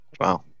Wow